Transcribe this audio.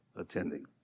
attending